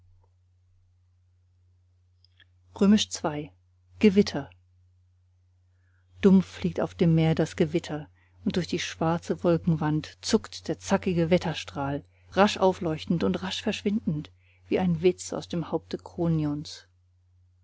ii gewitter dumpf liegt auf dem meer das gewitter und durch die schwarze wolkenwand zuckt der zackige wetterstrahl rasch aufleuchtend und rasch verschwindend wie ein witz aus dem